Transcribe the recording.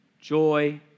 joy